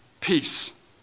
Peace